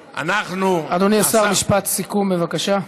אדוני השר, משפט סיום, בבקשה.